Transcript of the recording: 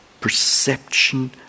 perception